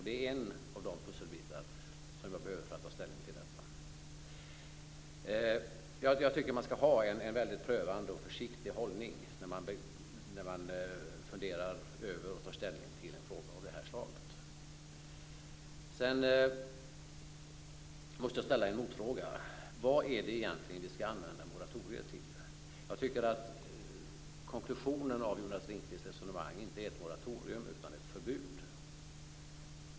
Det är en av de pusselbitar som jag behöver för att kunna ta ställning till detta. Jag tycker att man skall ha en väldigt prövande och försiktig hållning när man funderar över och tar ställning till en fråga av det här slaget. Jag måste ställa en motfråga: Vad är det egentligen vi skall använda moratorier till? Jag tycker att konklusionen av Jonas Ringqvists resonemang inte är ett moratorium utan ett förbud.